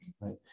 right